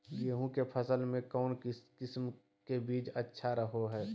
गेहूँ के फसल में कौन किसम के बीज अच्छा रहो हय?